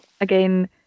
again